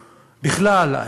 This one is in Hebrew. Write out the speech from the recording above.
בכלל,